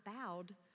bowed